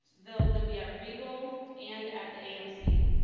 they'll they'll be at regal and at the amc.